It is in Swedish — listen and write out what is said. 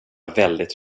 väldigt